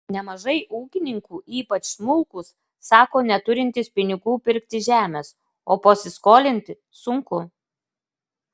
nemažai ūkininkų ypač smulkūs sako neturintys pinigų pirkti žemės o pasiskolinti sunku